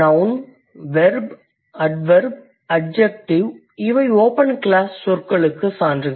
noon verb adverb adjective இவை open class சொற்களுக்கு சான்றுகள்